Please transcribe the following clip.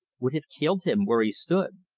would have killed him where he stood.